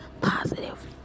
positive